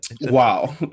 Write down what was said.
Wow